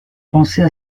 penser